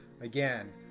again